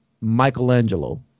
Michelangelo